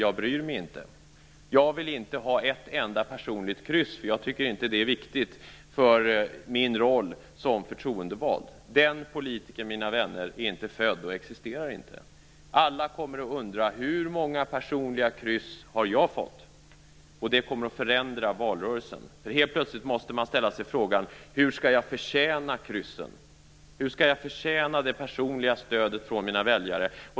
Jag vill se den politiker som säger att han inte vill ha ett enda personligt kryss och att han inte tycker att det är viktigt för hans roll som förtroendevald. Den politikern, mina vänner, är inte född. Han existerar inte. Alla kommer att undra hur många personliga kryss de har fått. Det kommer att förändra valrörelsen. Helt plötsligt måste man ställa sig frågan hur man skall förtjäna kryssen. Hur skall man förtjäna det personliga stödet från sina väljare?